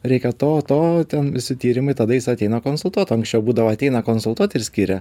reikia to to ten visi tyrimai tada jis ateina konsultuot o anksčiau būdavo ateina konsultuot ir skiria